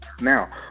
Now